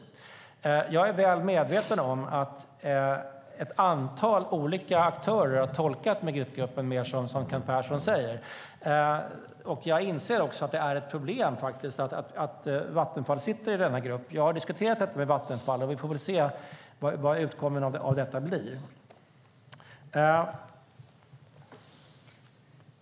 Jag är väl medveten om att ett antal olika aktörer har tolkat Magrittegruppen mer så som Kent Persson säger, och jag inser att det är ett problem att Vattenfall sitter i denna grupp. Jag har diskuterat detta med Vattenfall; vi får väl se vad utfallet blir.